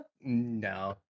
No